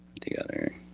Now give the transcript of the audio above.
together